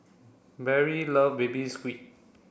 Perry love baby squid